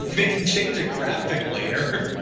they can change the graphic later.